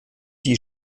die